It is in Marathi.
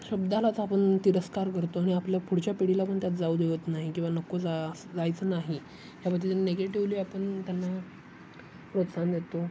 शब्दालाच आपण तिरस्कार करतो आणि आपल्या पुढच्या पिढीला पण त्यात जाऊ देत नाही किंवा नको जा जायचं नाही ह्याबद्दल निगेटिवली आपण त्यांना प्रोत्साहन देतो